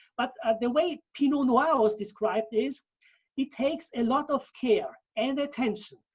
but the way pinot noir was described is it takes a lot of care and attention,